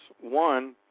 One